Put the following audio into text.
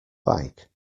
bike